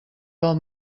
del